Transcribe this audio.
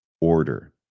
order